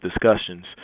discussions